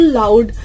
loud